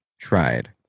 tried